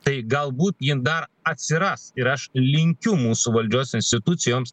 tai galbūt jin dar atsiras ir aš linkiu mūsų valdžios institucijoms